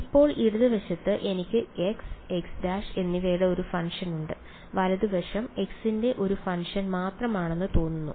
ഇപ്പോൾ ഇടതുവശത്ത് എനിക്ക് x x′ എന്നിവയുടെ ഒരു ഫംഗ്ഷൻ ഉണ്ട് വലത് വശം x ന്റെ ഒരു ഫംഗ്ഷൻ മാത്രമാണെന്ന് തോന്നുന്നു